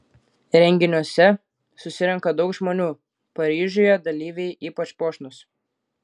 renginiuose susirenka daug žmonių paryžiuje dalyviai ypač puošnūs